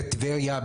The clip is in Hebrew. בטבריה,